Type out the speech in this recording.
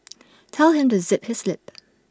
tell him to zip his lip